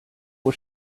was